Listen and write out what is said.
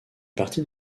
partie